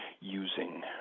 using